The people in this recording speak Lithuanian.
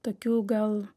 tokių gal